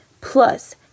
Plus